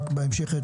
בהמשך,